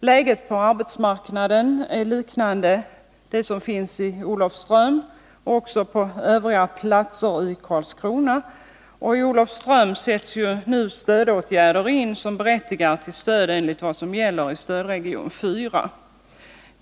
Läget på arbetsmarknaden liknar läget i Olofström, liksom på annat håll i Blekinge. I Olofström sätts nu stödåtgärder in, som berättigar till stöd enligt vad som gäller för stödregion 4.